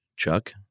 Chuck